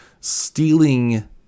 stealing